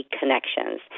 Connections